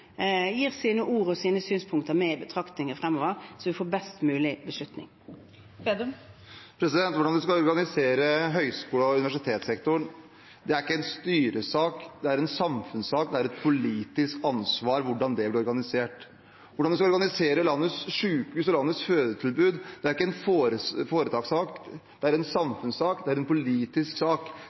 gir sine ord og sine synspunkter i betraktninger fremover, så vi får en best mulig beslutning. Hvordan en skal organisere høyskole- og universitetssektoren er ikke en styresak, det er en samfunnssak, det er et politisk ansvar hvordan det blir organisert. Hvordan en skal organisere landets sykehus og landets fødetilbud, er ikke en foretakssak, det er en samfunnssak, en politisk sak. Det er et hundre prosent politisk